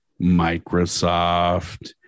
Microsoft